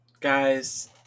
Guys